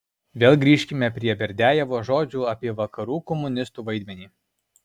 vėl grįžkime prie berdiajevo žodžių apie vakarų komunistų vaidmenį